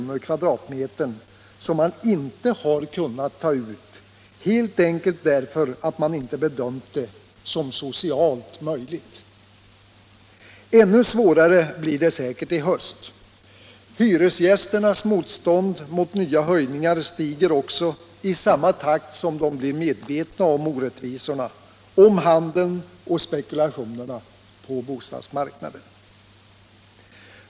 per kvadratmeter, som man inte kunnat ta ut helt enkelt därför att man inte bedömt det som socialt möjligt. Ännu svårare blir det säkert i höst. Hyresgästernas motstånd mot nya höjningar ökar också i samma takt som de blir medvetna om orättvisorna, om handeln och spekulationena på bostadsmarknaden.